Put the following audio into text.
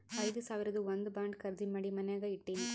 ಐದು ಸಾವಿರದು ಒಂದ್ ಬಾಂಡ್ ಖರ್ದಿ ಮಾಡಿ ಮನ್ಯಾಗೆ ಇಟ್ಟಿನಿ